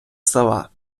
села